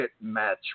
match